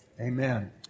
Amen